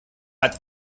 hat